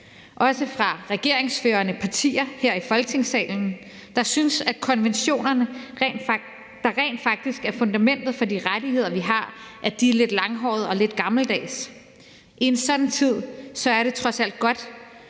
også fra regeringsførende partier her i Folketinget, synes, at konventionerne, der rent faktisk er fundamentet for de rettigheder, vi har, er lidt langhårede og lidt gammeldags, så er det trods alt godt,